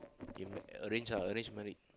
arrange lah arrange marriage